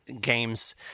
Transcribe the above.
games